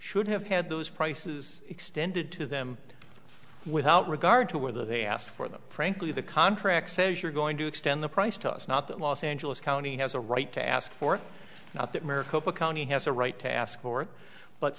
should have had those prices extended to them without regard to whether they asked for them frankly the contract says you're going to extend the price to us not that los angeles county has a right to ask for it not that maricopa county has a right to ask for it but